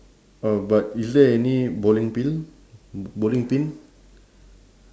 oh but is there any bowling pill b~ bowling pin